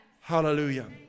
Hallelujah